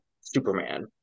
superman